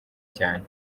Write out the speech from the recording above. cyane